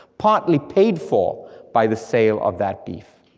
partly paid for by the sale of that beef.